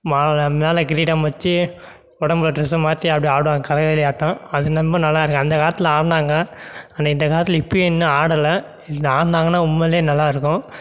மேலே கிரீடம் வெச்சு உடம்புல ட்ரெஸ்ஸை மாற்றி அப்படி ஆடுவாங்க கதகளி ஆட்டம் அது ரொம்ப நல்லாயிருக்கும் அந்தக் காலத்தில் ஆடினாங்க ஆனால் இந்தக் காலத்தில் இப்போயும் இன்னும் ஆடலை இது ஆடினாங்கன்னா உண்மையிலேயே நல்லாயிருக்கும்